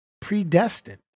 predestined